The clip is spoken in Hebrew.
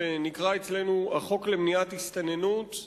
שנקרא אצלנו החוק למניעת הסתננות,